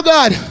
God